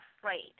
afraid